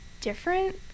different